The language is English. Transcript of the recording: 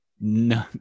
no